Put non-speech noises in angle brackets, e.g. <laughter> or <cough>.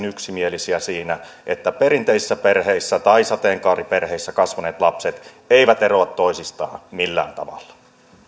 <unintelligible> yksimielisiä siinä että perinteisissä perheissä tai sateenkaariperheissä kasvaneet lapset eivät eroa toisistaan millään tavalla